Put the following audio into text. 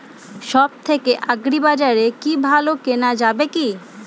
সব থেকে আগ্রিবাজারে কি ভালো কেনা যাবে কি?